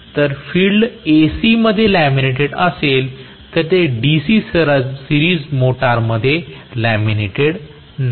तर field AC मध्ये laminated असेल तर ते DC सिरीज मोटरमध्ये लॅमिनेटेड नाही